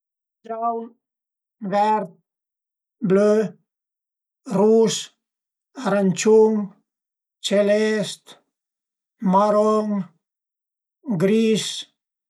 Giaun, vert, blö, rus, aranciun, celest, maron, gris